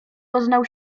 doznał